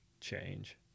change